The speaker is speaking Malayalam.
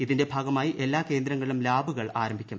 ഇതിന്റെ ഭാഗമായി എല്ലാ കേന്ദ്രങ്ങളിലും ലാബുകൾ ആരംഭിക്കും